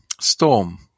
Storm